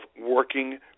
working